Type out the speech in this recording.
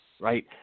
right